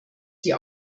die